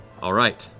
all right.